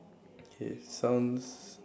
K sounds